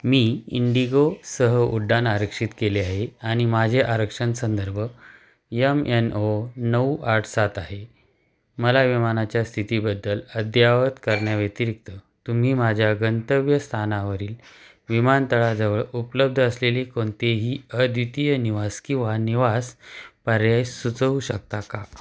मी इंडिगोसह उड्डाण आरक्षित केले आहे आणि माझे आरक्षण संदर्भ यम एन ओ नऊ आठ सात आहे मला विमानाच्या स्थितीबद्दल अद्यावत करण्याव्यतिरिक्त तुम्ही माझ्या गंतव्य स्थानावरील विमानतळाजवळ उपलब्ध असलेली कोणतेही अद्वितीय निवास किंवा निवास पर्याय सुचवू शकता का